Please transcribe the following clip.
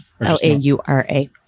L-A-U-R-A